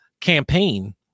campaign